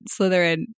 Slytherin